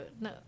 no